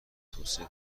توسعه